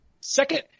Second